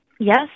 Yes